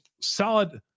solid